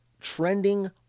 trending